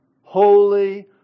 Holy